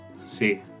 see